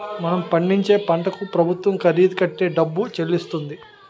మనం పండించే పంటకు ప్రభుత్వం ఖరీదు కట్టే డబ్బు చెల్లిస్తుంది